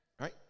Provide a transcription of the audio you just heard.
Right